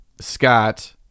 scott